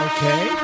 Okay